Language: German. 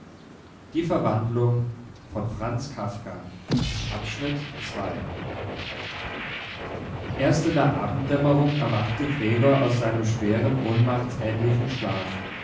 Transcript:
erst in der abenddämmerung erwachte gregor aus seinem schweren ohnmachtsähnlichen schlaf